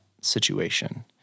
situation